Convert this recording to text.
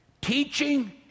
Teaching